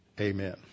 Amen